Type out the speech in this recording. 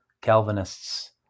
Calvinists